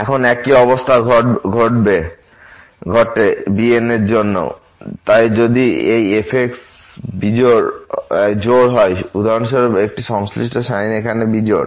এখন একই অবস্থা ঘটে bn এর জন্যও তাই যদি এই f জোড় হয় উদাহরণস্বরূপ এবং সংশ্লিষ্ট সাইন এখানে একটি বিজোড়